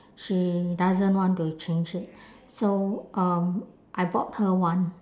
she doesn't want to change it so um I bought her one